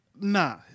nah